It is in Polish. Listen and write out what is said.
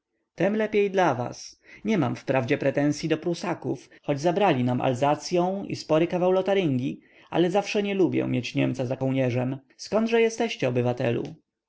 tem lepiej dla was nie mam wprawdzie pretensyi do prusaków choć zabrali nam alzacyą i spory kawał lotaryngii ale zawsze nie lubię mieć niemca za kołnierzem zkądźe jesteście obywatelu